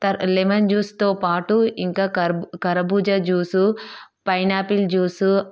lemon జ్యూస్తో పాటు ఇంకా కర్బు కర్బూజా జ్యూస్ పైనాపిల్ జ్యూస్